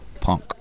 punk